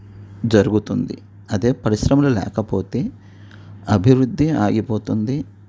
జరుగుతుంది అదే పరిశ్రమలు లేకపోతే అభివృద్ధి ఆగిపోతుంది